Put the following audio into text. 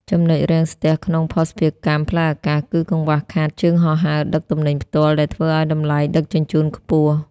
ចំណុចរាំងស្ទះក្នុងភស្តុភារកម្មផ្លូវអាកាស គឺកង្វះខាតជើងហោះហើរដឹកទំនិញផ្ទាល់ ដែលធ្វើឱ្យតម្លៃដឹកជញ្ជូនខ្ពស់។